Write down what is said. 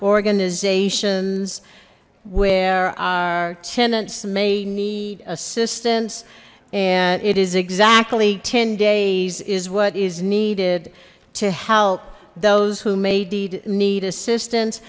organizations where our tenants may need assistance and it is exactly ten days is what is needed to help those who may deed need assistance